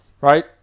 right